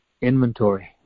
inventory